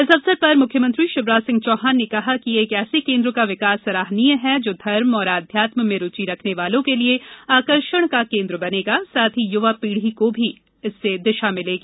इस अवसर पर मुख्यमंत्री शिवराज सिंह चौहान ने कहा कि एक ऐसे केन्द्र का विकास सराहनीय है जो धर्म और आध्यात्म में रूचि रखने वालों के लिए आकर्षण का केन्द्र बनेगा साथ ही युवा पीढ़ी को भी इससे दिशा मिलेगी